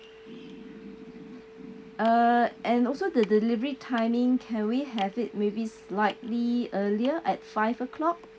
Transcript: uh and also the delivery timing can we have it maybe slightly earlier at five o'clock